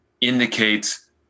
indicates